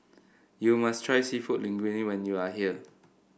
you must try seafood Linguine when you are here